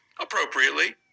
appropriately